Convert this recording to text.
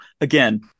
Again